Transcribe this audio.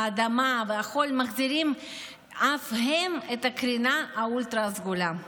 האדמה והחול מחזירים אף הם את הקרינה האולטרה-סגולה.